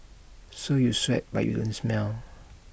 so you sweat but you don't smell